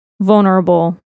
vulnerable